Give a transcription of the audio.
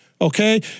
Okay